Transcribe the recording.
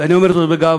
ואני אומר זאת בגאווה,